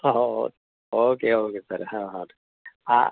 ಓಹೋ okay okay sir ಹಾಂ ಹಾಂ ರೀ ಹಾಂ